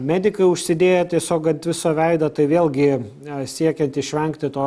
medikai užsidėję tiesiog ant viso veido tai vėlgi siekiant išvengti to